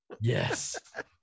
Yes